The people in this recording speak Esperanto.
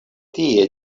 tie